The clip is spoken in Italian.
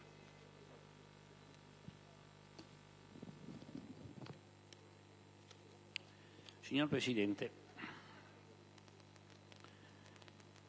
Signor Presidente,